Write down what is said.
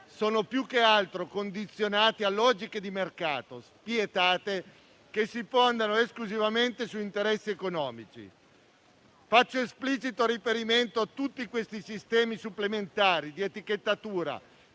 sono più che altro condizionati da logiche di mercato spietate che si fondano esclusivamente su interessi economici. Faccio esplicito riferimento a tutti questi sistemi supplementari di etichettatura,